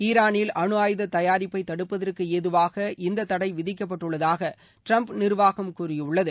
ஈரானில் அணுஆயுத தயாரப்பை தடுப்பதற்கு ஏதுவாக இந்த தடை விதிக்கப்பட்டுள்ளதாக டிரம்ப் நிர்வாகம் கூறியுள்ளது